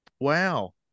Wow